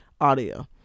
audio